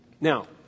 Now